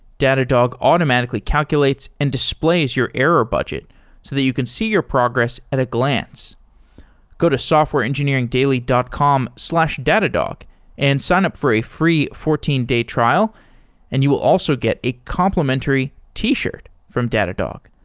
datadog automatically calculates and displays your error budget, so that you can see your progress at a glance go to softwareengineeringdaily dot com slash datadog and sign up for a free fourteen day trial and you will also get a complimentary t-shirt from datadog.